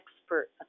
expert